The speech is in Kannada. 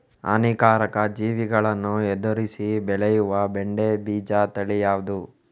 ಹಾನಿಕಾರಕ ಜೀವಿಗಳನ್ನು ಎದುರಿಸಿ ಬೆಳೆಯುವ ಬೆಂಡೆ ಬೀಜ ತಳಿ ಯಾವ್ದು?